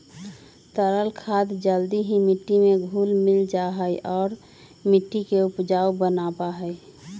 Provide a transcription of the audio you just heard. तरल खाद जल्दी ही मिट्टी में घुल मिल जाहई और मिट्टी के उपजाऊ बनावा हई